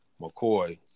McCoy